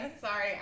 sorry